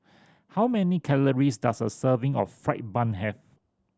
how many calories does a serving of fried bun have